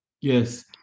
yes